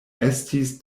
estis